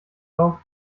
auf